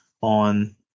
on